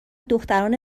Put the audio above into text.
دختران